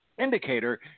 indicator